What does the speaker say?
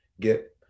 get